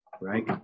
right